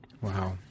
Wow